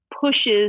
pushes